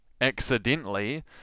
accidentally